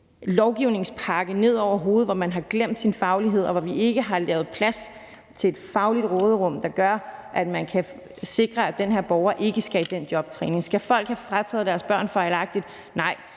lovgivningspakke ned over hovedet, hvor man har glemt fagligheden, og hvor vi ikke har lavet plads til et fagligt råderum, der gør, at man kan sikre, at den her borger ikke skal i jobtræning. Skal folk have frataget deres børn fejlagtigt? Nej,